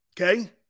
Okay